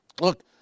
Look